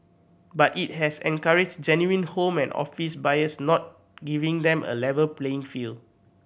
but it has encouraged genuine home and office buyers now giving them a level playing field